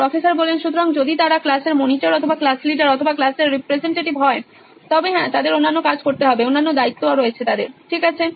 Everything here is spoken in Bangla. প্রফেসর সুতরাং যদি তারা ক্লাসের মনিটর অথবা ক্লাস লিডার অথবা ক্লাসের রিপ্রেজেন্টেটিভ হয় তবে হ্যাঁ তাদের অন্যান্য কাজ করতে হবে অন্যান্য দায়িত্ব ঠিক আছে